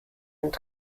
einen